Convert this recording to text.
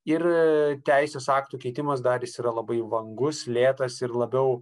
ir teisės aktų keitimas dar jis yra labai vangus lėtas ir labiau